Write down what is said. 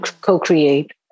co-create